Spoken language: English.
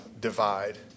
divide